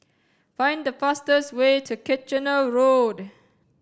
find the fastest way to Kitchener Road